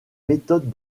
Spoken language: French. méthodes